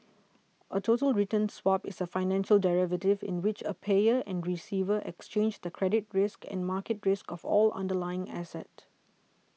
a total return swap is a financial derivative in which a payer and receiver exchange the credit risk and market risk of an underlying asset